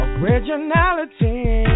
originality